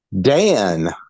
Dan